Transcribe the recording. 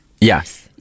Yes